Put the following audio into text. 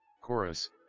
Chorus